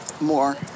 more